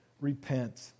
repent